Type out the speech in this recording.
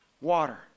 water